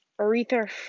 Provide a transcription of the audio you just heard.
Aretha